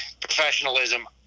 professionalism